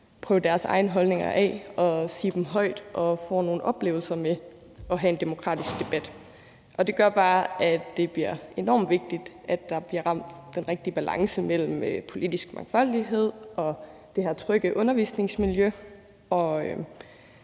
prøve deres egne holdninger af og sige dem højt, så de får nogle oplevelser med at have en demokratisk debat. Det gør bare, at det bliver enormt vigtigt, at der bliver ramt den rigtige balance mellem politisk mangfoldighed og det her trygge undervisningsmiljø